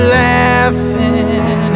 laughing